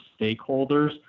stakeholders